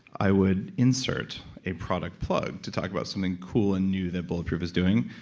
i would insert a product plug to talk about something cool and new that bulletproof is doing,